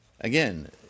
Again